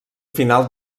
final